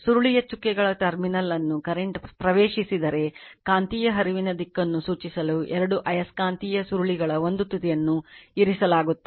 ಸುರುಳಿಯ ಚುಕ್ಕೆಗಳ ಟರ್ಮಿನಲ್ ಅನ್ನು ಕರೆಂಟ್ ಪ್ರವೇಶಿಸಿದರೆ ಕಾಂತೀಯ ಹರಿವಿನ ದಿಕ್ಕನ್ನು ಸೂಚಿಸಲು ಎರಡು ಆಯಸ್ಕಾಂತೀಯ ಸುರುಳಿಗಳ ಒಂದು ತುದಿಯನ್ನು ಇರಿಸಲಾಗುತ್ತದೆ